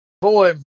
boy